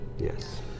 Yes